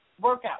workout